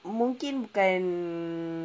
mungkin bukan